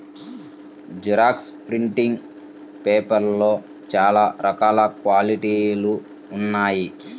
xerox printing పేపర్లలో చాలా రకాల క్వాలిటీలు ఉన్నాయి